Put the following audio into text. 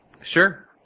Sure